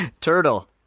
Turtle